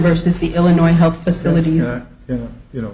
versus the illinois health facility or you know